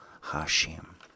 Hashem